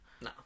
No